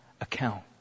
account